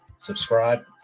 Subscribe